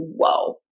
whoa